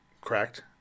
correct